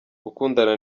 gukundana